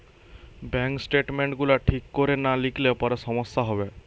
bank statement গুলা ঠিক কোরে না লিখলে পরে সমস্যা হবে